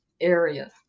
area